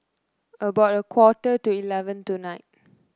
about a quarter to eleven tonight